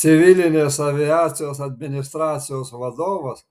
civilinės aviacijos administracijos vadovas